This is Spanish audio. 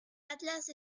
atlas